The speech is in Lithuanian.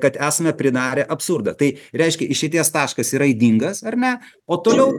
kad esame pridarę absurdą tai reiškia išeities taškas yra ydingas ar ne o toliau